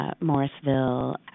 Morrisville